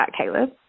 Caleb